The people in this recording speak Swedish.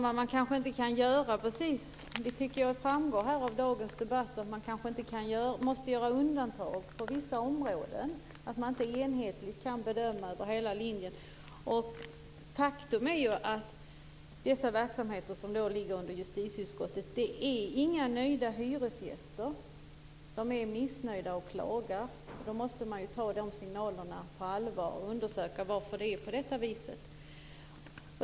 Herr talman! Jag tycker det har framgått av dagens debatt att man inte kan göra enhetliga bedömningar över hela linjen utan att man kanske måste göra undantag för vissa områden. Vad gäller de verksamheter som ligger under justitieutskottets ansvarsområden handlar det inte om några nöjda hyresgäster. De är missnöjda och klagar, och då måste man ta de signalerna på allvar och undersöka varför det är på detta vis.